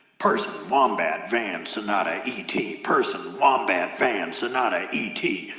person, wombat, van, sonata, e t. person, wombat, van, sonata, e t.